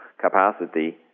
capacity